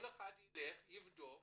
כל אחד ילך ויבדוק